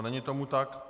Není tomu tak.